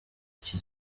iki